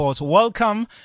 Welcome